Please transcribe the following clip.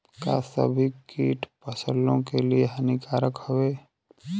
का सभी कीट फसलों के लिए हानिकारक हवें?